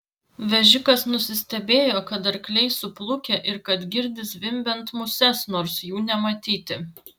vežikas nusistebėjo kad arkliai suplukę ir kad girdi zvimbiant muses nors jų nematyti